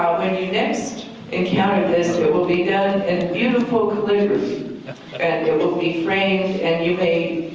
when you next encounter this, it will be done in beautiful calligraphy. and it will be framed and you may